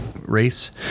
race